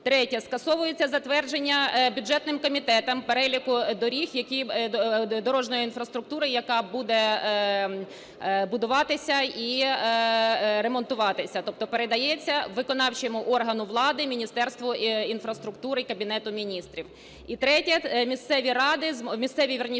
Третє. Скасовується затвердження бюджетним комітетом переліку доріг, дорожньої інфраструктури, яка буде будуватися і ремонтуватися, тобто передається виконавчому органу влади, Міністерству інфраструктури, Кабінету Міністрів. І третє. Місцеві ради… місцеві, вірніше,